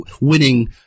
winning